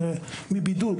מבידוד,